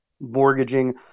mortgaging